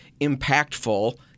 impactful